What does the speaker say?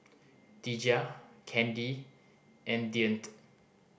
Deja Kandy and Deante